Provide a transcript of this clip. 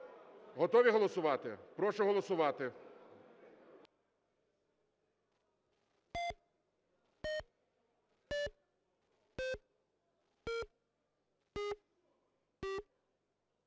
Готові голосувати? Прошу голосувати.